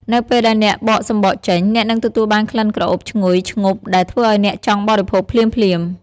នៅពេលដែលអ្នកបកសម្បកចេញ អ្នកនឹងទទួលបានក្លិនក្រអូបឈ្ងុយឈ្ងប់ដែលធ្វើឱ្យអ្នកចង់បរិភោគភ្លាមៗ។